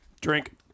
Drink